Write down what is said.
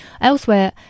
Elsewhere